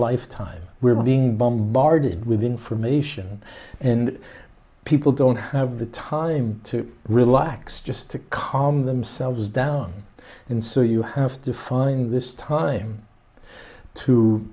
lifetime we're being bombarded with information and people don't have the time to relax just to calm themselves down and so you have to find this time to